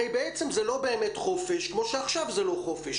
הרי בעצם זה לא באמת חופש, כמו שעכשיו זה לא חופש.